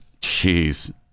Jeez